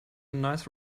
nice